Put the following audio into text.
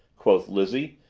quoth lizzie,